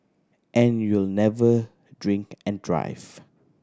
and you'll never drink and drive